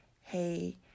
hey